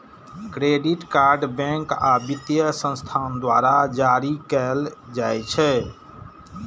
credit card bank आ वित्तीय संस्थान द्वारा जारी कैल जाइ छै